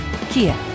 kia